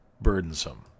burdensome